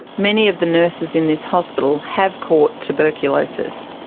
many of the nurses in this hospital have caught tuberculosis.